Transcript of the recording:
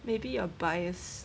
maybe you are bias